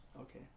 okay